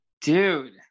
Dude